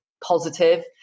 positive